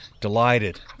delighted